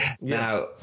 Now